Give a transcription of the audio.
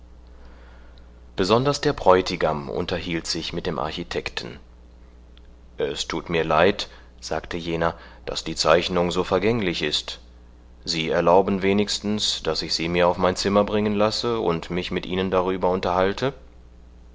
besonders der bräutigam unterhielt sich mit dem architekten es tut mir leid sagte jener daß die zeichnung so vergänglich ist sie erlauben wenigstens daß ich sie mir auf mein zimmer bringen lasse und mich mit ihnen darüber unterhalte